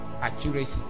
accuracy